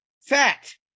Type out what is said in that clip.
Fact